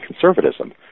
conservatism